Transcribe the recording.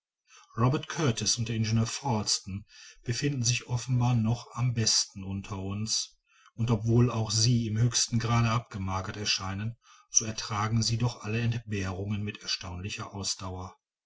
robert kurtis und der ingenieur falsten befinden sich offenbar noch am besten unter uns und obwohl auch sie im höchsten grade abgemagert erscheinen so ertragen sie doch alle entbehrungen mit erstaunlicher ausdauer